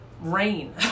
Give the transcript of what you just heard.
rain